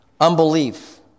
Unbelief